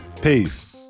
Peace